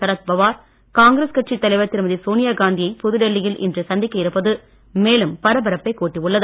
சரத் பவார் காங்கிரஸ் கட்சி தலைவர் திருமதி சோனியா காந்தியை புதுடெல்லியில் இன்று சந்திக்க இருப்பது மேலும் பரபரப்பை கூட்டியுள்ளது